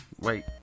Wait